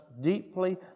deeply